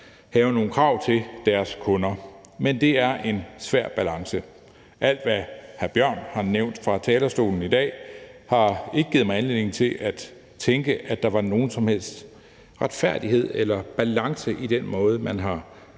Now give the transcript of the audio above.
have nogle krav til deres kunder. Men det er en svær balance. Alt det, hr. Mikkel Bjørn har nævnt fra talerstolen i dag, har ikke givet mig anledning til at tænke, at der var nogen som helst retfærdighed eller balance i den måde, man har